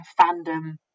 fandom